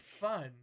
fun